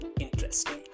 interesting